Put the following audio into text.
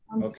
Okay